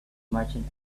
merchant